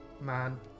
man